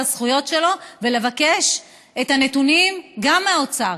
הזכויות שלו ולבקש את הנתונים גם מהאוצר.